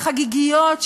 החגיגיות,